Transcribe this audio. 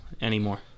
anymore